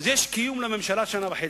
ואז יש קיום לממשלה שנה וחצי.